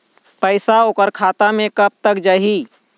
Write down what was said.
पैसा ओकर खाता म कब तक जाही?